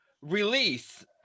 release